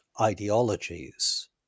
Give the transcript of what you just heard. ideologies